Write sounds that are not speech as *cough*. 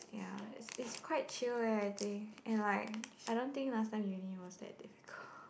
ya it's it's quite chill eh I think and like I don't think last time uni was that difficult *breath*